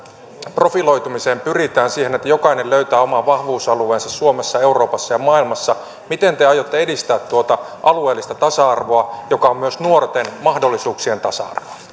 profiloitumiseen pyritään siihen että jokainen löytää oman vahvuusalueensa suomessa euroopassa ja maailmassa aiotte edistää tuota alueellista tasa arvoa joka on myös nuorten mahdollisuuksien tasa